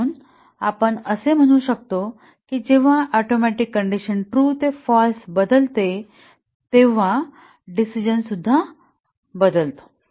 म्हणून आपण असे म्हणू शकतो की जेव्हा ऍटोमिक कंडिशन ट्रू ते फाल्स बदलते तेव्हा डिसिजन बदलतो